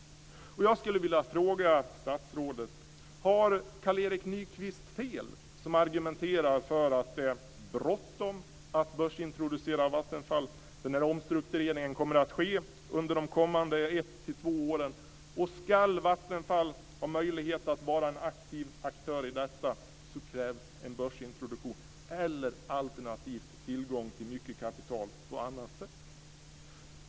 Nyqvist fel när han argumenterar för att det är bråttom att börsintroducera Vattenfall? Omstruktureringen kommer att ske under de kommande ett till två åren. Ska Vattenfall ha möjlighet att vara en aktiv aktör i detta så krävs en börsintroduktion, eller alternativt tillgång till mycket kapital på annat sätt.